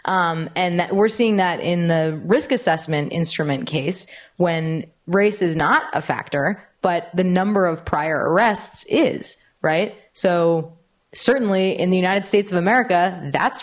that we're seeing that in the risk assessment instrument case when race is not a factor but the number of prior arrests is right so certainly in the united states of america that's